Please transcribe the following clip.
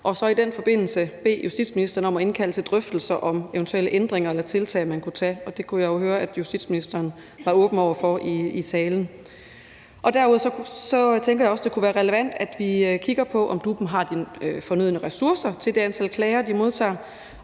og så i den forbindelse bede justitsministeren om at indkalde til drøftelser om eventuelle ændringer eller tiltag, man kunne tage, og det kunne jeg jo høre, at justitsministeren var åben over for i sin tale. Derudover tænker jeg også, det kunne være relevant, at vi kigger på, om DUP'en har de fornødne ressourcer til det antal klager, de modtager,